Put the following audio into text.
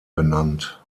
benannt